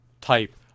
type